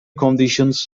conditions